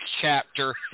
chapter